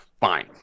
Fine